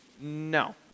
No